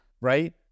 Right